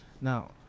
Now